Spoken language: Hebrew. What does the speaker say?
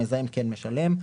המזהם כן משלם.